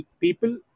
people